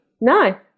No